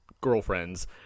girlfriends